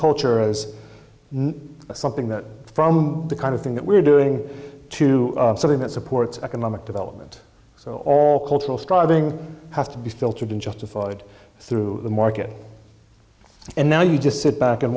culture as something that from the kind of thing that we're doing to something that supports economic development so all cultural striving has to be filtered and justified through the market and now you just sit back and